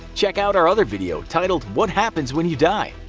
check out our other video titled what happens when you die?